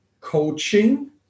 coaching